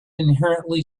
inherently